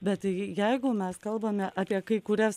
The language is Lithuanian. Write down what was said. bet jeigu mes kalbame apie kai kurias